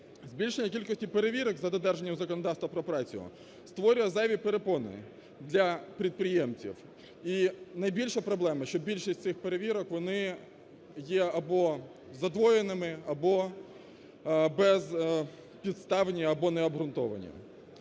Збільшення кількості перевірок за додержанням законодавства про працю створює зайві перепони для підприємців. І найбільша проблема, що більшість цих перевірок, вони є або задвоєними, або без підставні, або необґрунтовані.